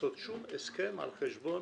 לעשות שום הסכם על חשבון